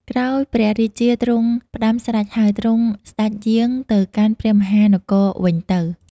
ក្រោយព្រះរាជាទ្រង់ផ្តាំស្រេចហើយ ទ្រង់សេ្តចយាងទៅកាន់ព្រះមហានគរវិញទៅ។